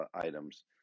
items